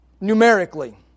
numerically